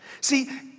See